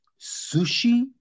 Sushi